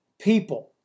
people